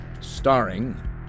Starring